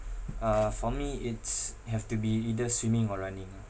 uh for me it's have to be either swimming or running ah